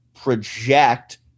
project